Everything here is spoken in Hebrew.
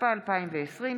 התשפ"א 2020,